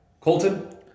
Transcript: Colton